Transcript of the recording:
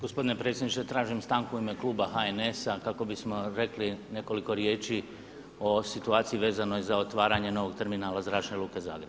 Gospodine predsjedniče, tražim stanku u ime kluba HNS-a kako bismo rekli nekoliko riječi o situaciji vezanoj za otvaranje novog terminala Zračne luke Zagreb.